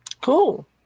Cool